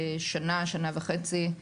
שנה, שנה וחצי.